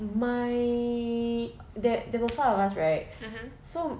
my there there were five of us so